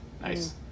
Nice